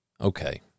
Okay